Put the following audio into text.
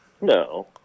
No